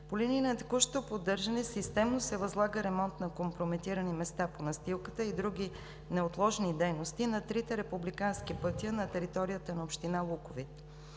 По линия на текущото поддържане системно се възлага ремонт на компрометирани места по настилката и други неотложни дейности на трите републикански пътя на територията но община Луковит.